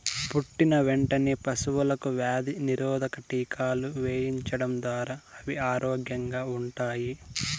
పుట్టిన వెంటనే పశువులకు వ్యాధి నిరోధక టీకాలు వేయించడం ద్వారా అవి ఆరోగ్యంగా ఉంటాయి